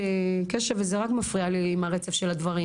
וכל הציפיות האלה.